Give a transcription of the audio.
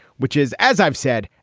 which is, as i've said.